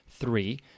three